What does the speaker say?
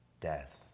death